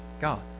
God